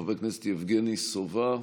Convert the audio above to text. חבר הכנסת יבגני סובה,